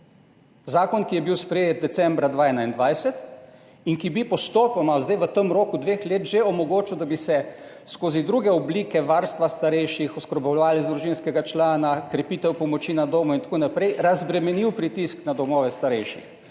Zakon, ki je bil sprejet decembra 2021 in ki bi postopoma zdaj v tem roku dveh let že omogočil, da bi se skozi druge oblike varstva starejših, oskrbovalec družinskega člana, krepitev pomoči na domu in tako naprej, razbremenil pritisk na domove za starejše.